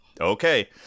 Okay